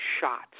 shots